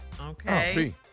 Okay